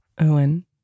Owen